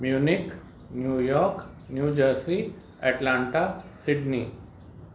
Munich New York new jersey atlanta Sydney